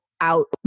out